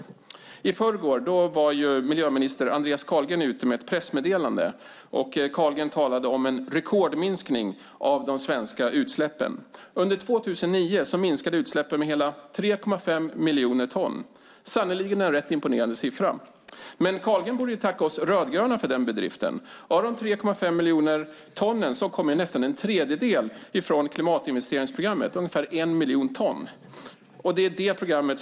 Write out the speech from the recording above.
I förrgår gick miljöminister Andreas Carlgren ut med ett pressmeddelande och talade om en rekordminskning av de svenska utsläppen. Under 2009 minskade utsläppen med hela 3,5 miljoner ton - sannerligen en rätt imponerande siffra. Men Carlgren borde tacka oss rödgröna för den bedriften. Av dessa 3,5 miljoner ton i utsläppsminskningar kommer nästan en tredjedel, ungefär 1 miljon ton, från klimatinvesteringsprogrammet.